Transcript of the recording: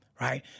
right